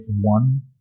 one